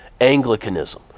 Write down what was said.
Anglicanism